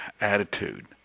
attitude